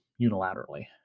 unilaterally